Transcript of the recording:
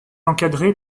encadré